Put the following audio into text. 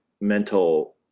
mental